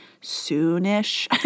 soon-ish